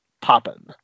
popping